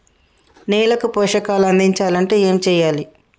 నేలకు పోషకాలు అందించాలి అంటే ఏం చెయ్యాలి?